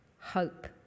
hope